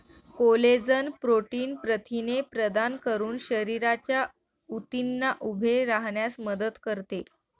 collagen protein प्रथिने प्रदान करून शरीराच्या ऊतींना उभे राहण्यास मदत करते